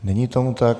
Není tomu tak.